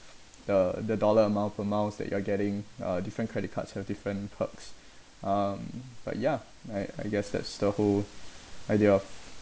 the the dollar amount per miles that you are getting uh different credit cards have different perks um but ya I I guess that's the whole idea of